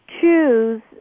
choose